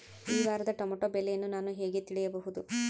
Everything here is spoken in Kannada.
ಈ ವಾರದ ಟೊಮೆಟೊ ಬೆಲೆಯನ್ನು ನಾನು ಹೇಗೆ ತಿಳಿಯಬಹುದು?